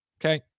Okay